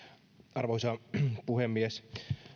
arvoisa puhemies